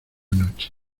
noche